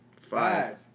five